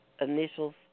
initials